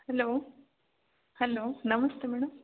hello hello ನಮಸ್ತೇ madam